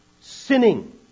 sinning